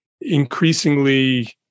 increasingly